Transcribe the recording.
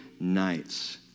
nights